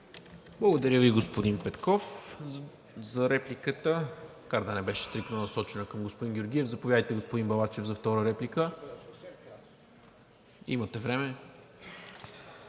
Благодаря Ви, господин Петков, за репликата. Не беше стриктно насочена към господин Георгиев. Заповядайте, господин Балачев, за втора реплика. БРАНИМИР